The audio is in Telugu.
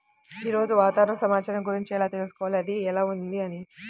ఈరోజు వాతావరణ సమాచారం గురించి ఎలా తెలుసుకోవాలి అది ఎలా ఉంది అని?